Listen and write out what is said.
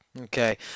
okay